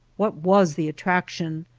what was the attraction,